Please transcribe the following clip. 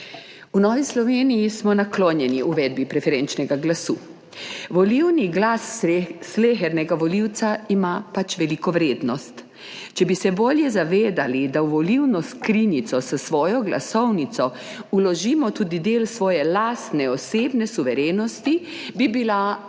V Novi Sloveniji smo naklonjeni uvedbi preferenčnega glasu - volilni glas slehernega volivca ima pač veliko vrednost. Če bi se bolje zavedali, da v volilno skrinjico s svojo glasovnico vložimo tudi del svoje lastne, osebne suverenosti, bi bila